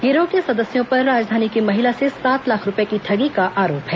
गिरोह के सदस्यों पर राजधानी की एक महिला से सात लाख रूपये की ठगी का आरोप है